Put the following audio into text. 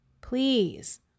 please